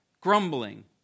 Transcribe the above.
grumbling